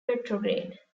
retrograde